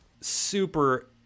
Super-